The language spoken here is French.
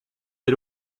des